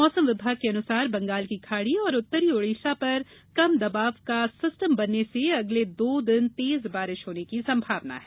मौसम विभाग के अनुसार बंगाल की खाड़ी और उत्तरी उड़ीसा पर कम दबाव का सिस्टम बनने से अगले दो दिन तेज बारिश होने की संभावना है